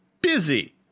busy